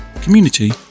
community